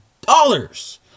dollars